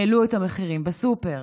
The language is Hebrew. העלו את המחירים בסופר.